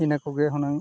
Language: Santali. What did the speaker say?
ᱤᱱᱟᱹ ᱠᱚᱜᱮ ᱦᱩᱱᱟᱹᱝ